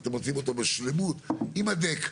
אתם מוציאים אותו בשלמות עם הדק,